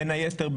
בין היתר,